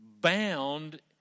bound